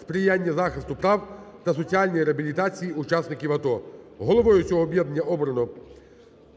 "Сприяння захисту прав та соціальної реабілітації учасників АТО". Головою цього об'єднання обрано